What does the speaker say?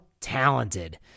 talented